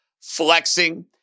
flexing